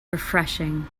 refreshing